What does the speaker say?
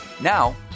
Now